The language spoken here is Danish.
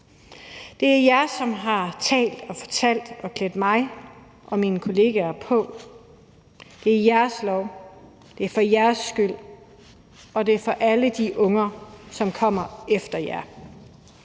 Det er jer, som har talt med os og klædt mig og mine kollegaer på til det. Det er jeres lov. Den er for jeres skyld, og den er for alle de unge, som kommer efter jer.